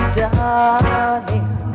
darling